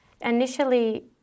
Initially